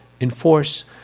enforce